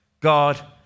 God